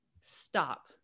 stop